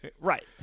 Right